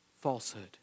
falsehood